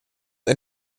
ein